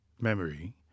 memory